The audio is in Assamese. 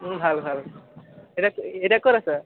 উম ভাল ভাল এতিয়া এতিয়া ক'ত আছা